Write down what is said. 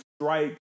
strike